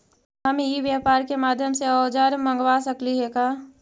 हम ई व्यापार के माध्यम से औजर मँगवा सकली हे का?